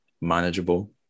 manageable